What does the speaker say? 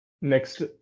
Next